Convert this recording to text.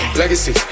legacy